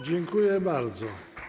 Dziękuję bardzo.